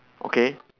okay